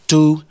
Two